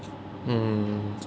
mm